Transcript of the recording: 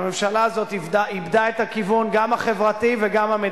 חבר הכנסת בן-ארי, אני קורא אותך לסדר פעם ראשונה.